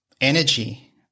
energy